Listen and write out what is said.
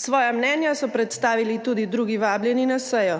Svoja mnenja so predstavili tudi drugi vabljeni na sejo.